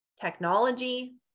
technology